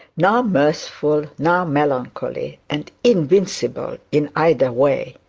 now mirthful, now melancholy, and invincible in either way!